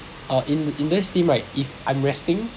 or in in this team right if I'm resting